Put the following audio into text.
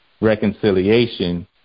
reconciliation